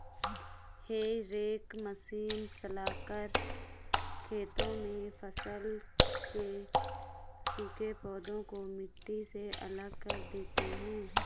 हेई rake machine चलाकर खेतों में फसल के सूखे पौधे को मिट्टी से अलग कर देते हैं